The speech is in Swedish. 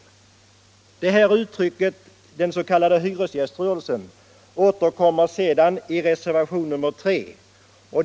Detta uttryck återkommer sedan i reservationen 3.